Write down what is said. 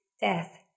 death